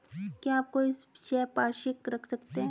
क्या आप कोई संपार्श्विक रख सकते हैं?